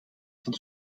dat